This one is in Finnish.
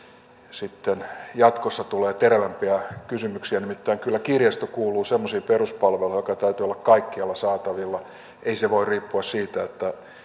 sitten jatkossa tulee terävämpiä kysymyksiä nimittäin kyllä kirjasto kuuluu semmoisiin peruspalveluihin joiden täytyy olla kaikkialla saatavilla ei se voi riippua siitä